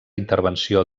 intervenció